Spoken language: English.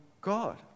God